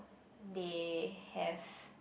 they have